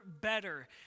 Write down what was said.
better